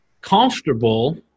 comfortable